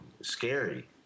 Scary